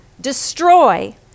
destroy